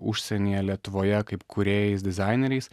užsienyje lietuvoje kaip kūrėjais dizaineriais